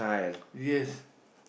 yes